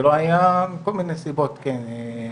זה לא היה מכל מיני סיבות, כן.